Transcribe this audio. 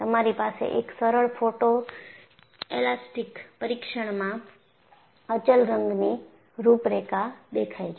તમારી પાસે એક સરળ ફોટોએલાસ્ટિક પરીક્ષણમાં અચલ રંગની રૂપરેખા દેખાય છે